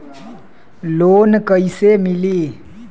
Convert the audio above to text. Loan कईसे मिली?